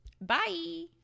bye